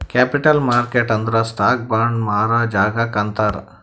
capital market ಅಂದುರ್ stock, bond ಮಾರಾ ಜಾಗಾಕ್ ಅಂತಾರ್